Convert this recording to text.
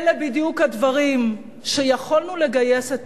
אלה בדיוק הדברים שבהם יכולנו לגייס את